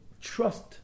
trust